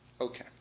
Okay